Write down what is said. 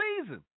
season